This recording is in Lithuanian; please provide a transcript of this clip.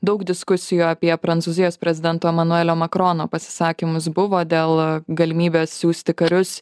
daug diskusijų apie prancūzijos prezidento emanuelio makrono pasisakymus buvo dėl galimybės siųsti karius